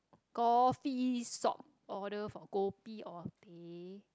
coffee shop order for kopi or teh